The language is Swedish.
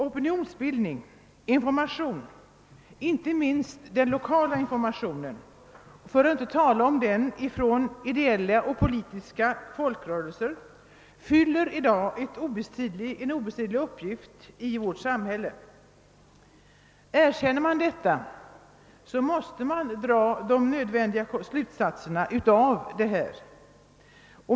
Opinionsbildningen, informationen — inte minst den lokala, för att inte tala om informationen från ideella och politiska folkrörelser — fyller obestridligen en uppgift i vårt samhälle. Erkänner man detta, måste man också dra de nödvändiga slutsatserna därav.